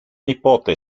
nipote